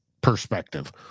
perspective